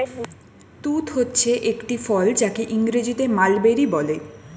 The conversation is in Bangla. তুঁত হচ্ছে একটি ফল যাকে ইংরেজিতে মালবেরি বলে